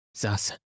Thus